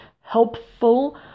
helpful